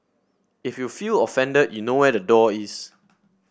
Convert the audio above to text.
if you feel offended you know where the door is